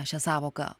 šią sąvoką